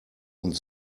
und